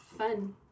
fun